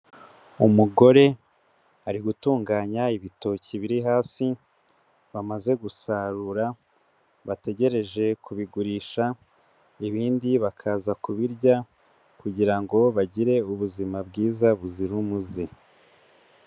Umugore ari gutunganya ibitoki biri hasi bamaze gusarura bategereje kubigurisha, ibindi bakaza kubirya kugira ngo bagire ubuzima bwiza buzira umuze.